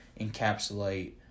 encapsulate